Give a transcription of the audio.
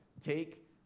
take